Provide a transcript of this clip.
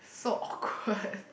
so awkward